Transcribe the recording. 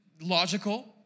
logical